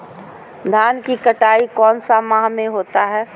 धान की कटाई कौन सा माह होता है?